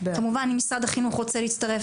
כמובן אם משרד החינוך והמשטרה רוצים להצטרף,